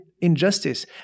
injustice